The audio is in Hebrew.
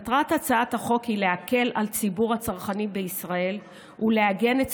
מטרת הצעת החוק היא להקל על ציבור הצרכנים בישראל ולעגן את